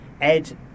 Ed